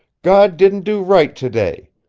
god didn't do right today.